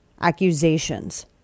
accusations